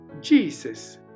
Jesus